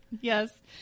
Yes